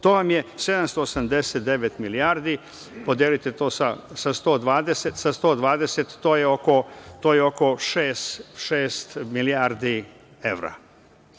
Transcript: To vam je 789 milijardi. Podelite to sa 120, to je oko šest milijardi evra.